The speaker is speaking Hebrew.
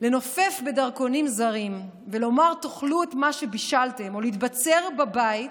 לנופף בדרכונים זרים ולומר: תאכלו את מה שבישלתם או להתבצר בבית,